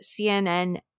CNN